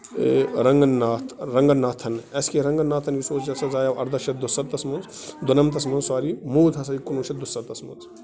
رگنا Raghunathan S K Raghunathan یُس اوس یہِ ہسا زایو اَرداہ شیتھ دُسَتھس منٛز دُنَمتھس منٛز سوری موٗد ہسا کُنوُہ شیَتھ دُسَتھس منٛز